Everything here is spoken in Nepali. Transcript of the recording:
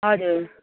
हजुर